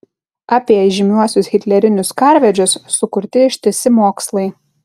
apie įžymiuosius hitlerinius karvedžius sukurti ištisi mokslai